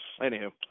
Anywho